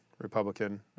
republican